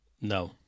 No